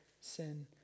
sin